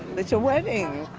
it's a wedding!